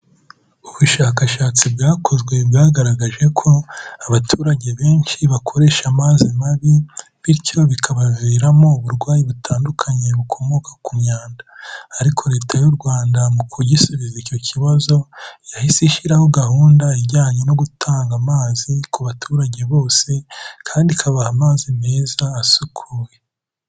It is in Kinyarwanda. Ubushakashatsi bwakozwe bwagaragaje ko abaturage benshi bakoresha amazi mabi bityo bikabaviramo uburwayi butandukanye bukomoka ku myanda, ariko Leta y'u Rwanda mu kugisubiza icyo kibazo, yahise ishyiraho gahunda ijyanye no gutanga amazi ku baturage bose kandi ikabaha amazi meza asukuye.